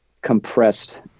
compressed